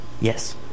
Yes